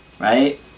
Right